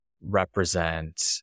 represent